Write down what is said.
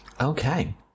Okay